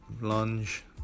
lunge